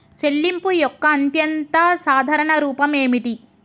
చెల్లింపు యొక్క అత్యంత సాధారణ రూపం ఏమిటి?